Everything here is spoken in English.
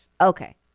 Okay